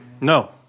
No